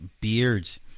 beards